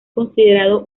considerado